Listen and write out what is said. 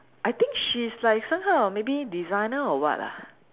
I think she's like some kind of maybe designer or what ah